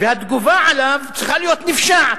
והתגובה עליו צריכה להיות נפשעת,